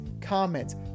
comments